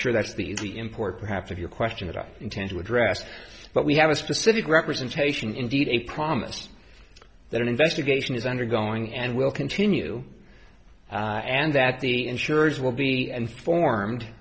sure that's the the import perhaps of your question that i intend to address but we have a specific representation indeed a promise that an investigation is undergoing and will continue and that the insurers will be informed